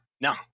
no